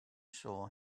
saw